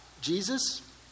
Jesus